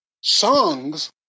songs